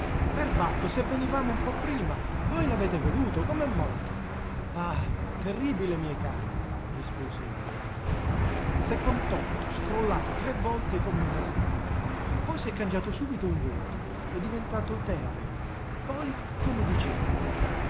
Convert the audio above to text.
perbacco se venivamo un po prima voi l'avete veduto com'è morto ah terribile miei cari rispose il deodati s'è contorto scrollato tre volte come un serpe poi s'è cangiato subito in volto è diventato terreo poi come di cera